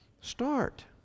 Start